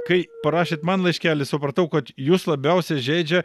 kai parašėt man laiškelį supratau kad jus labiausiai žeidžia